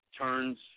turns